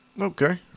okay